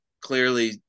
clearly